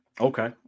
Okay